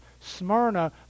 Smyrna